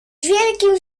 wielkim